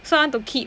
so I want to keep